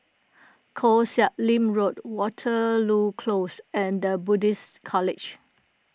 Koh Sek Lim Road Waterloo Close and the Buddhist College